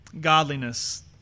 Godliness